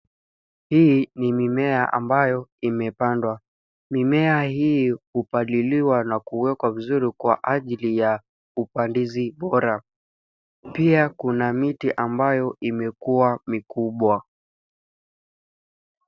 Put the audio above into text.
Hii ni mimea ambayo imepandwa mimea hii upaliliwa na kuekwa vizuri kwa ajili ya upandizi bora pia kuna miti ambayo imekuwa mikubwa